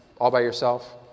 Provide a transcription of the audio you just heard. all-by-yourself